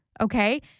okay